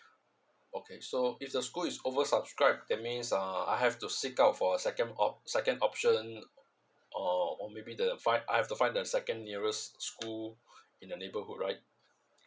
okay so if the school is over subscribe that means uh I have to seek out for a second op~ second option or or maybe the find I have to find the second nearest school in the neighbourhood right